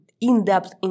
in-depth